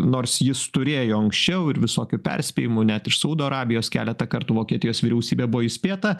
nors jis turėjo anksčiau ir visokių perspėjimų net iš saudo arabijos keletą kartų vokietijos vyriausybė buvo įspėta